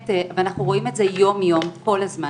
ואנחנו רואים את זה יום-יום, כל הזמן